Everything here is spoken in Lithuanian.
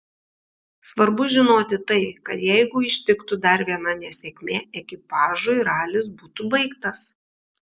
svarbu žinoti tai kad jeigu ištiktų dar viena nesėkmė ekipažui ralis būtų baigtas